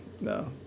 no